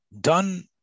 done